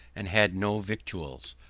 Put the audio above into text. and had no victuals,